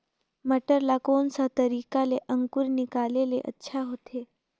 मटर ला कोन सा तरीका ले अंकुर निकाले ले अच्छा होथे?